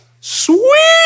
Sweet